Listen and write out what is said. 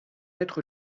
être